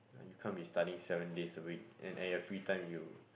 you can't be studying seven days a week and at your free time you